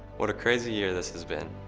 what a crazy year this has been.